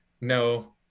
No